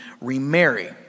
remarry